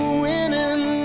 winning